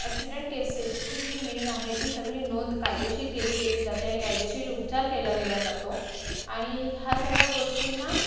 accident केसेसची जी main आहे ती सगळी नोंद कायदेशीर केली गेली जाते आणि कायदेशीर उपचार केला गेला जातो आणि हा सगळ्या गोष्टींना